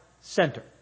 Center